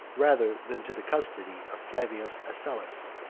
rather than to the custody, of flavius asellus,